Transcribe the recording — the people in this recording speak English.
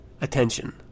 attention